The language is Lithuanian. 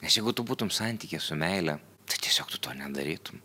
nes jeigu tu būtum santykyje su meile tai tiesiog tu to nedarytum